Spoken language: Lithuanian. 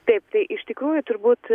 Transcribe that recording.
taip tai iš tikrųjų turbūt